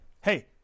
Hey